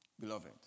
Beloved